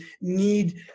need